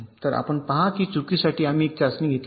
तर आपण पहा की या चुकीसाठी आम्ही एक चाचणी घेतली आहे